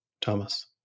Thomas